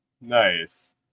Nice